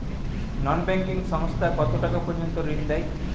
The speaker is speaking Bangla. নন ব্যাঙ্কিং সংস্থা কতটাকা পর্যন্ত ঋণ দেয়?